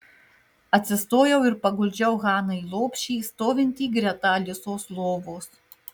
atsistojau ir paguldžiau haną į lopšį stovintį greta alisos lovos